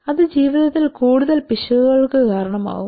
അത് ജീവിതത്തിൽ കൂടുതൽ പിശകുകൾക്ക് കാരണമാകും